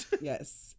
yes